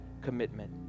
commitment